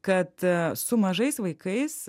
kad su mažais vaikais